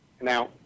Now